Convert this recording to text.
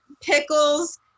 pickles